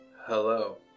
Hello